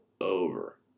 over